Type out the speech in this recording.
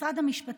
משרד המשפטים,